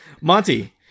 Monty